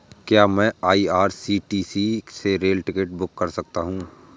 क्या मैं आई.आर.सी.टी.सी से रेल टिकट बुक कर सकता हूँ?